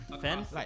Fence